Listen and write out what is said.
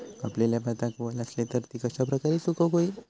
कापलेल्या भातात वल आसली तर ती कश्या प्रकारे सुकौक होई?